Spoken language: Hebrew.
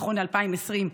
נכון ל-2020,